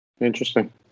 Interesting